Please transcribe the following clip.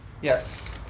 Yes